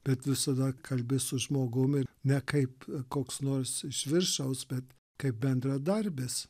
bet visada kalbi su žmogum ir ne kaip koks nors iš viršaus bet kai bendradarbis